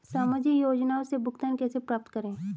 सामाजिक योजनाओं से भुगतान कैसे प्राप्त करें?